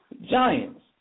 Giants